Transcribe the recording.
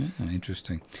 Interesting